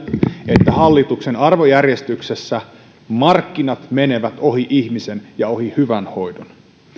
että hallituksen arvojärjestyksessä markkinat menevät ohi ihmisen ja ohi hyvän hoidon